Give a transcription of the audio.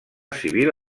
civil